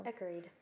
agreed